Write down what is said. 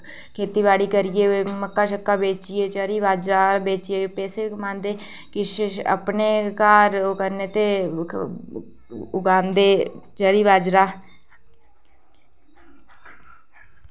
खेती बाड़ी करियै मक्कां बेचियै चेरी बाजरा जे पैसे कमांदे किश अपने घर ओह् करने आस्तै उगांदे चेरी बाजरा